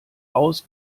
aus